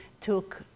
took